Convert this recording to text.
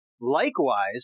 Likewise